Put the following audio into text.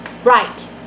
right